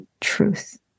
truth